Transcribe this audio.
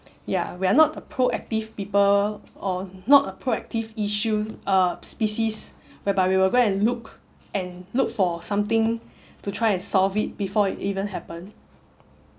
ya we're not a proactive people or not a proactive issue uh species whereby we will go and look and look for something to try and solve it before it even happen